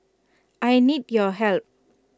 I need your help